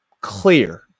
clear